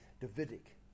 Davidic